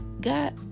got